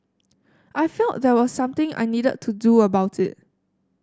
I felt there was something I needed to do about it